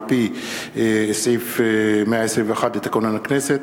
על-פי סעיף 121 לתקנון הכנסת,